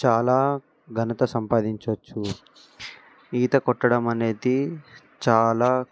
చాలా ఘనత సంపాదించవచ్చు ఈత కొట్టడం అనేది చాలా